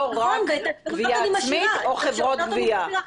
לא רק גבייה עצמית או חברות גבייה.